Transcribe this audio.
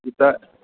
ठीकु आहे